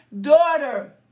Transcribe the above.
daughter